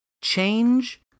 Change